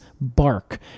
bark